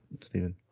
Stephen